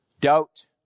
Doubt